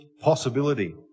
possibility